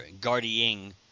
guarding